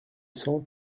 cents